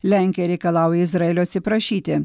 lenkija reikalauja izraelio atsiprašyti